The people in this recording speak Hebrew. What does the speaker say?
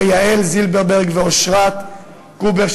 ליהל זילברברג ולאושרת קובר,